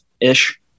ish